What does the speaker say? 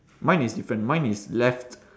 mine is different mine is left